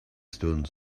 stund